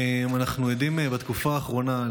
אנחנו עדים בתקופה האחרונה,